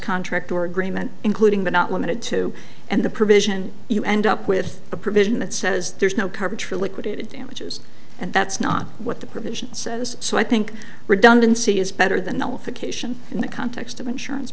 contract or agreement including but not limited to and the provision you end up with a provision that says there's no coverage for liquidated damages and that's not what the provisions says so i think redundancy is better than nothing cation in the context of insurance